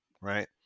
right